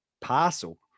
parcel